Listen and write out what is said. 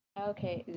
okay,